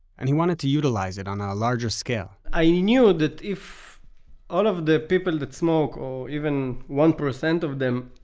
and he wanted to utilize it on ah a larger scale i knew that if all of the people that smoke, or even one percent of them,